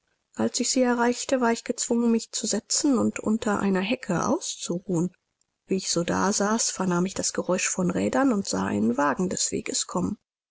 als ich sie erreicht war ich gezwungen mich zu setzen und unter einer hecke auszuruhen wie ich so dasaß vernahm ich das geräusch von rädern und sah einen wagen des weges kommen